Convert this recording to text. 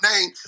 name